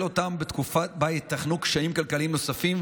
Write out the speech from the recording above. אותם בתקופה שבה ייתכנו קשיים כלכליים נוספים,